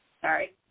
Sorry